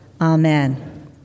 Amen